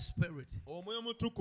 Spirit